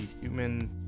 human